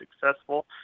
successful